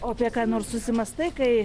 o apie ką nors susimąstai kai